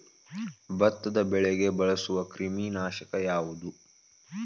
ಭತ್ತದ ಬೆಳೆಗೆ ಬಳಸುವ ಕ್ರಿಮಿ ನಾಶಕ ಯಾವುದು?